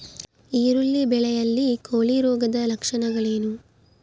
ಈರುಳ್ಳಿ ಬೆಳೆಯಲ್ಲಿ ಕೊಳೆರೋಗದ ಲಕ್ಷಣಗಳೇನು?